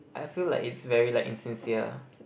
I feel like it's very like insincere